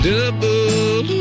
Double